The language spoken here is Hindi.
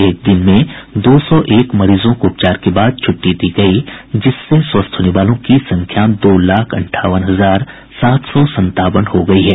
एक दिन में दो सौ एक मरीजों को उपचार के बाद छुट्टी दी गई जिससे स्वस्थ होने वालों की संख्या दो लाख अंठावन हजार सात सौ संतावन हो गई है